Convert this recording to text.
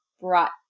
brought